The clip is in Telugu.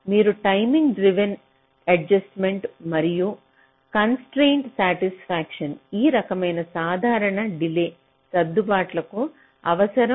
మీరు టైమింగ్ డ్రివెన్ అడ్జస్ట్మెంట్ మరియు కన్స్ట్రంట్స్ శాటిస్ఫ్యాక్షన్ ఈ రకమైన సాధారణ డిలే సర్దుబాట్లు కు అవసరం